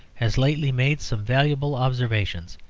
has lately made some valuable observations.